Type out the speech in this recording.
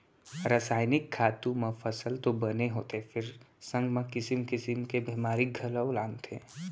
रसायनिक खातू म फसल तो बने होथे फेर संग म किसिम किसिम के बेमारी घलौ लानथे